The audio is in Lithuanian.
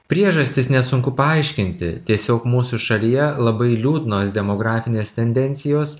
priežastis nesunku paaiškinti tiesiog mūsų šalyje labai liūdnos demografinės tendencijos